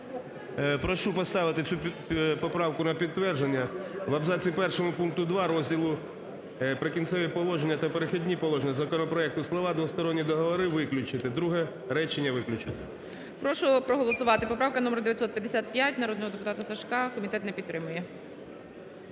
Прошу поставити цю поправку на підтвердження. В абзаці першому пункту 2 розділу "Прикінцеві положення" та "Перехідні положення" з законопроекту слова "двосторонні договори" виключити, друге речення виключити. ГОЛОВУЮЧИЙ. Прошу проголосувати, поправка номер 955 народного депутата Сажка, комітет не підтримує.